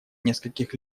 нескольких